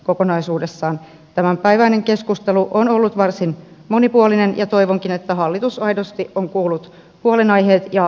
kokonaisuudessaan tämänpäiväinen keskustelu on ollut varsin monipuolinen ja toivonkin että hallitus aidosti on kuullut huolenaiheet ja asiallisenkin kritiikin